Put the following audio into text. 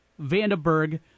Vandenberg